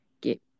get